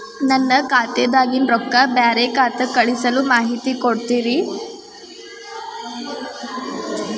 ನನ್ನ ಖಾತಾದಾಗಿನ ರೊಕ್ಕ ಬ್ಯಾರೆ ಖಾತಾಕ್ಕ ಕಳಿಸು ಮಾಹಿತಿ ಕೊಡತೇರಿ?